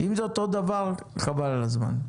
אם זה אותו דבר, חבל על הזמן.